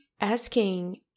asking